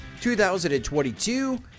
2022